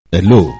Hello